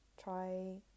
Try